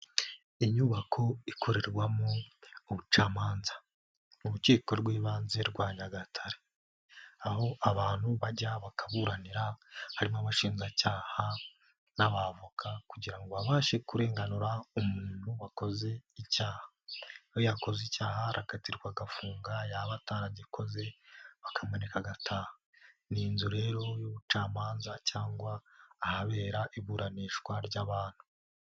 Inyubako ikorerwamo ubucamanza. Urukiko rw'ibanze rwa Nyagatare, aho abantu bajya bakaburanira harimo abashinjacyaha n'abavoka kugira ngo babashe kurenganura umuntu wakoze icyaha. Iyo yakoze icyaha arakatirwa agafungwa, yaba ataragikoze bakamureka agataha. Ni inzu rero y'ubucamanza cyangwa ahabera iburanishwa ry'abantu.